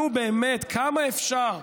נו, באמת, כמה אפשר?